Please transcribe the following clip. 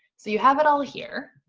so you have it all here.